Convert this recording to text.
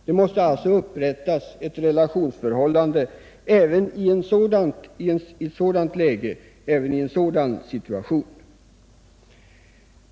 Det måste alltså upprättas ett relationsförhållande även i ett sådant läge.